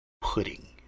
pudding